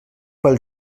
pel